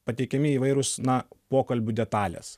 pateikiami įvairūs na pokalbių detalės